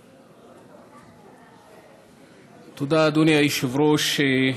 תודה, אדוני היושב-ראש.